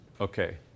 Okay